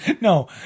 No